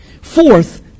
fourth